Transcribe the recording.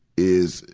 is,